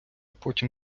потім